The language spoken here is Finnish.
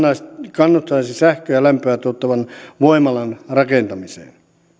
kannustaisi sähköä ja lämpöä tuottavan voimalan rakentamiseen